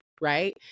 right